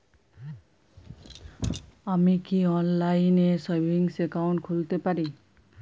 আমি কি অনলাইন এ সেভিংস অ্যাকাউন্ট খুলতে পারি?